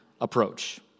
approach